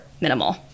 minimal